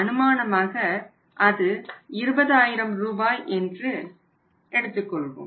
அனுமானமாக அது 20000 ரூபாய் என்று எடுத்துக்கொள்வோம்